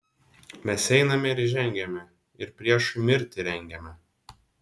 mes einame ir žengiame ir priešui mirtį rengiame